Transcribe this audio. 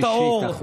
שלישית.